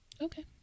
Okay